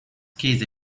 käse